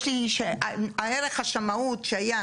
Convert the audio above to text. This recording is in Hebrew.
יש לי הערך השמאות שהיה,